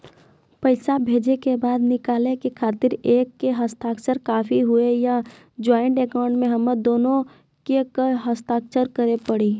पैसा भेजै के बाद निकाले के खातिर एक के हस्ताक्षर काफी हुई या ज्वाइंट अकाउंट हम्मे दुनो के के हस्ताक्षर करे पड़ी?